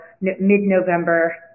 mid-November